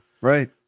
Right